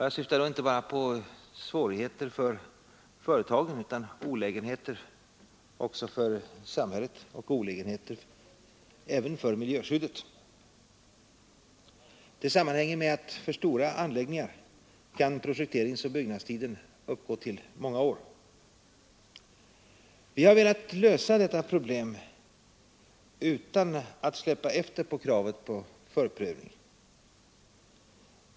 Jag syftar då inte bara på svårigheter för företagen utan även på olägenheter för samhället och för miljöskyddet. Det sammanhänger med att projekteringsoch byggnadstiden för stora anläggningar kan uppgå till många år. Vi har velat lösa det problemet utan att släppa efter på kravet på förprövning.